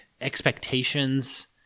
expectations